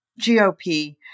GOP